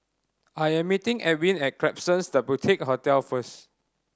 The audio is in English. I am meeting Edwin at Klapsons The Boutique Hotel first